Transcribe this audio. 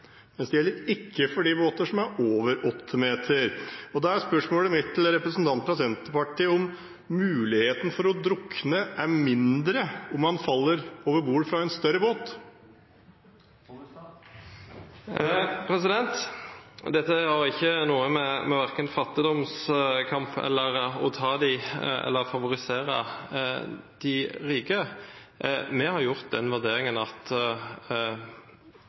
mens det ikke gjelder for de båtene som er på over åtte meter. Spørsmålet mitt til representanten fra Senterpartiet er da om risikoen for å drukne er mindre om man faller over bord fra en større båt. Dette har ikke noe med verken fattigdomskamp eller favorisering av de rike å gjøre. Vi har gjort den vurderingen at